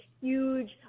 huge